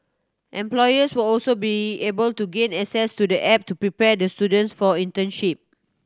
employers will also be able to gain access to the app to prepare the students for internship